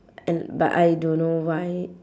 and but I don't know why